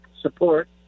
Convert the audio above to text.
support